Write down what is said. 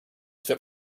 fit